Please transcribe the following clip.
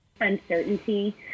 uncertainty